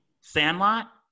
Sandlot